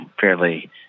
fairly